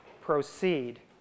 proceed